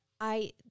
I-